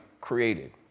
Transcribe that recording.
created